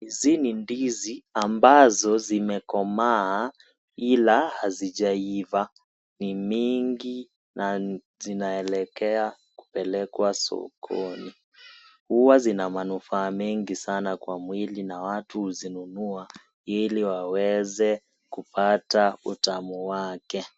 Hizi ni ndizi, ambazo zimekomaa ila hajizaiva. Ni mingi na zinaelekea kupelekwa sokoni. Huwa zina manufaa mengi sana kwa mwili na watu huzinunua ili waweze kupata utamu wake.